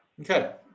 okay